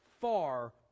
far